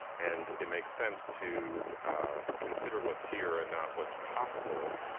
and it makes sense to consider what's here and not what's possible,